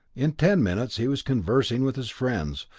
in ten minutes he was conversing with his friends,